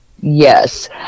Yes